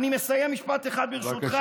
אני מסיים, משפט אחד, ברשותך.